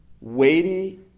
weighty